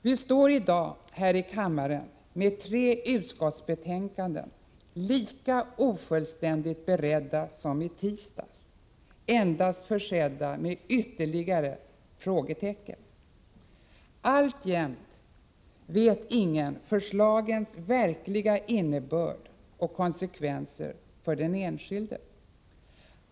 Vi står i dag här i kammaren med tre utskottsbetänkanden, lika ofullständigt beredda som i tisdags, endast försedda med ännu fler frågetecken. Alltjämt vet ingen något om förslagens verkliga innebörd och konsekvenser för den enskilde.